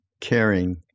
caring